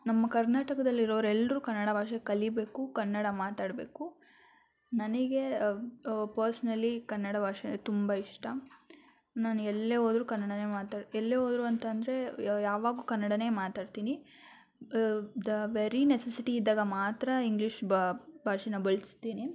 ನಮ್ಮ ಕರ್ನಾಟಕದಲ್ಲಿ ಇರೋರು ಎಲ್ರೂ ಕನ್ನಡ ಭಾಷೆ ಕಲಿಬೇಕು ಕನ್ನಡ ಮಾತಾಡಬೇಕು ನನಗೆ ಪರ್ಸ್ನಲಿ ಕನ್ನಡ ಭಾಷೆ ತುಂಬ ಇಷ್ಟ ನಾನು ಎಲ್ಲೆ ಹೋದ್ರು ಕನ್ನಡನೇ ಮಾತಾಡ ಎಲ್ಲೇ ಹೋದ್ರು ಅಂತಂದರೆ ಯಾವಾಗ್ಲೂ ಕನ್ನಡನೇ ಮಾತಾಡ್ತೀನಿ ದ ವೆರಿ ನೆಸೆಸಿಟಿ ಇದ್ದಾಗ ಮಾತ್ರ ಇಂಗ್ಲೀಷ್ ಭಾಷೆನ ಬಳಸ್ತೀನಿ